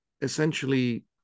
essentially